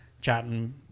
chatting